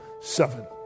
seven